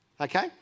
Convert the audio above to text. Okay